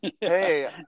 hey